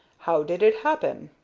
how did it happen?